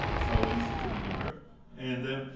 so, easy to remember and